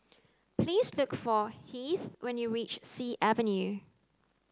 please look for Heath when you reach Sea Avenue